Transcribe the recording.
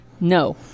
No